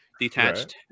detached